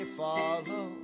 follow